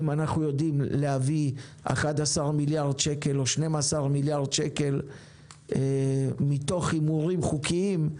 אם אנחנו יודעים להביא 11 או 12 מיליארד שקל מהימורים חוקיים,